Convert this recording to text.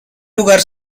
lugar